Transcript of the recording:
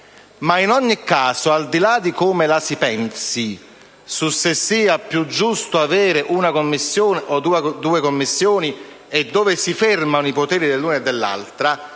Giarrusso - al di là di come la si pensi, se sia cioè più giusto avere una Commissione o due Commissioni e dove si fermano i poteri dell'una e dell'altra